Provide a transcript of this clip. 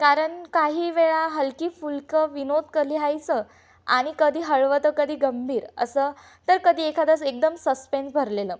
कारण काही वेळा हलकी फुलकं विनोद क लिहायचं आणि कधी हळवं तर कधी गंभीर असं तर कदी एखादं असं एकदम सस्पेन्स भरलेलं